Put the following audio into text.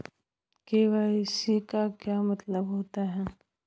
KYC का क्या मतलब होता है?